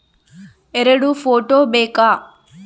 ಎರಡು ಫೋಟೋ ಬೇಕಾ?